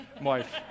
wife